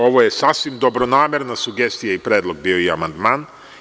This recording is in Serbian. Ovo je sasvim dobronamerna sugestija i predlog i amandman.